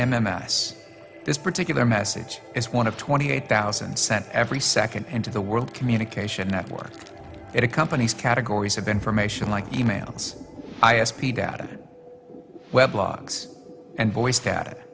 s this particular message is one of twenty eight thousand sent every second into the world communication network that accompanies categories of information like e mails i s p data web blogs and voice that